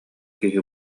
киһи